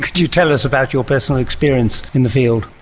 you tell us about your personal experience in the field?